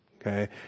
okay